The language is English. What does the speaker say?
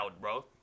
bro